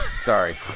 Sorry